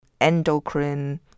endocrine